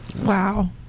Wow